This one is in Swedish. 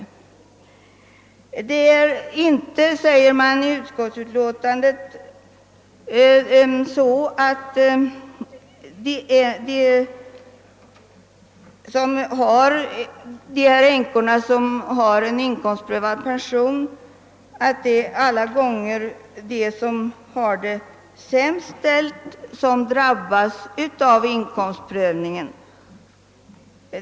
Man säger i utskottsutlåtandet att de änkor som har en inkomstprövad pension inte alltid har det sämst ställt.